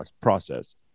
process